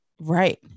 Right